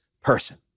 person